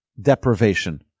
deprivation